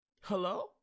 hello